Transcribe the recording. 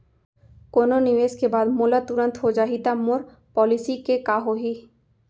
कोनो निवेश के बाद मोला तुरंत हो जाही ता मोर पॉलिसी के का होही?